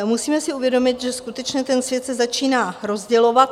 Musíme si uvědomit, že skutečně svět se začíná rozdělovat.